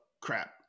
crap